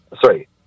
sorry